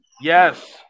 yes